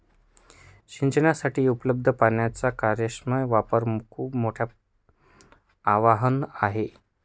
सिंचनासाठी उपलब्ध पाण्याचा कार्यक्षम वापर खूप मोठं आवाहन आहे